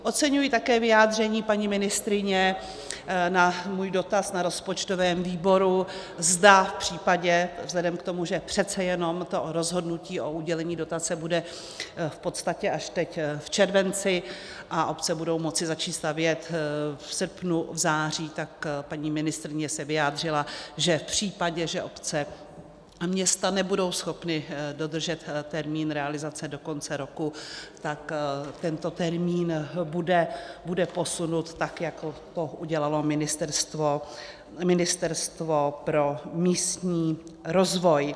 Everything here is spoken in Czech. Oceňuji také vyjádření paní ministryně na můj dotaz na rozpočtovém výboru, zda v případě vzhledem k tomu, že přece jenom to rozhodnutí o udělení dotace bude v podstatě až teď v červenci a obce budou moci začít stavět v srpnu, v září, tak paní ministryně se vyjádřila, že v případě, že obce a města nebudou schopny dodržet termín realizace do konce roku, tak tento termín bude posunut, tak jako to udělalo Ministerstvo pro místní rozvoj.